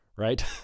Right